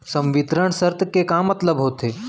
संवितरण शर्त के का मतलब होथे?